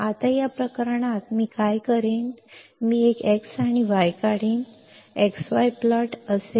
आता या प्रकरणात मी काय करेन मी एक x आणि y काढीन x y प्लॉट असे